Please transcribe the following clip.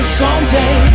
someday